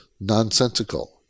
nonsensical